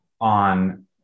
on